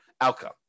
outcome